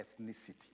ethnicity